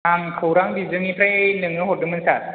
आं खौरां बिजोंनिफ्राय नोंनाव हरदोंमोन सार